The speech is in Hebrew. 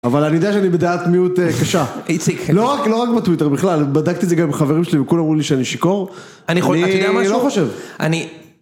אבל אני יודע שאני בדעת מיעוט קשה, לא רק בטוויטר בכלל, בדקתי את זה גם עם חברים שלי וכולם אמרו לי שאני שיכור, אני לא חושב...